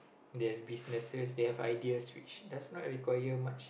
they have businesses they have ideas which does not require much